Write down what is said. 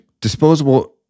disposable